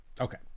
Okay